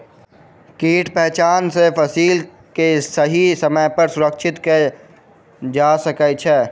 कीटक पहचान सॅ फसिल के सही समय पर सुरक्षित कयल जा सकै छै